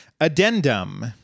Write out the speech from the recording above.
addendum